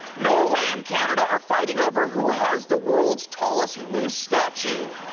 norway and canada are fighting over who has the world's tallest moose statue.